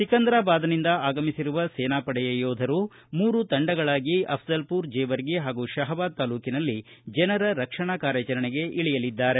ಸಿಕಂದರಾಬಾದ್ನಿಂದ ಆಗಮಿಸಿರುವ ಸೇನಾಪಡೆಯ ಯೋಧರು ಮೂರು ತಂಡಗಳಾಗಿ ಅಫಜಲಪೂರ ಜೇವರ್ಗಿ ಹಾಗೂ ಶಹಾಬಾದ ತಾಲೂಕಿನಲ್ಲಿ ಜನರ ರಕ್ಷಣಾ ಕಾರ್ಯಾಚರಣೆಗೆ ಇಳಿಯಲಿದ್ದಾರೆ